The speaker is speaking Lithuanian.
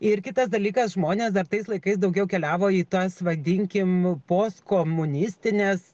ir kitas dalykas žmonės dar tais laikais daugiau keliavo į tas vadinkim postkomunistines